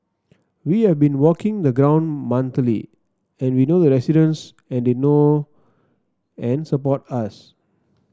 we have been walking the ground monthly and we know the residents and they know and support us